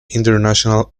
international